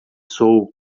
sou